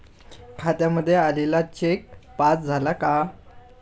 खात्यामध्ये आलेला cheque pass झाला का?